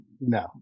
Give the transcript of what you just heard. No